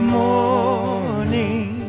morning